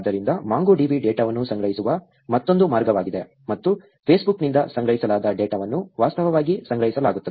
ಆದ್ದರಿಂದ MongoDB ಡೇಟಾವನ್ನು ಸಂಗ್ರಹಿಸುವ ಮತ್ತೊಂದು ಮಾರ್ಗವಾಗಿದೆ ಮತ್ತು Facebook ನಿಂದ ಸಂಗ್ರಹಿಸಲಾದ ಡೇಟಾವನ್ನು ವಾಸ್ತವವಾಗಿ ಸಂಗ್ರಹಿಸಲಾಗುತ್ತದೆ